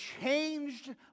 changed